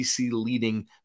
leading